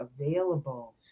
available